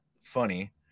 funny